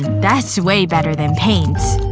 that's way better than paints